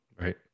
right